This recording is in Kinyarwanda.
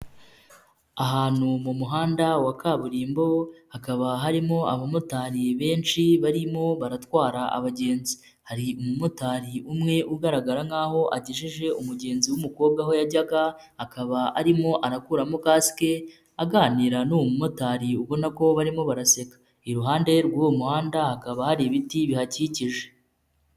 Ahantu mu muhanda wa kaburimbo, hakaba harimo abamotari benshi barimo baratwara abagenzi. Hari umumotari umwe ugaragara nkaho agejeje umugenzi w'umukobwa aho yajyaga ,akaba arimo arakuramo kasike aganira n'uwo mumotari ubona ko barimo baraseka. Iruhande rw'uwo muhanda hakaba hari ibiti bihakikije.